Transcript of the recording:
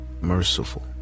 merciful